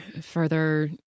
further